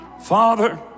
father